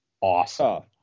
awesome